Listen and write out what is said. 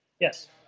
Yes